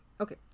Okay